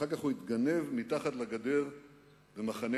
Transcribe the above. אחר כך הוא התגנב מתחת לגדר במחנה